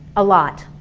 a lot,